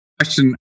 question